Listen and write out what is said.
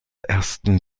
ersten